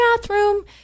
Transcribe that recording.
bathroom